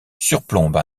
surplombe